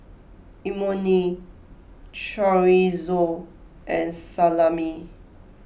Imoni Chorizo and Salami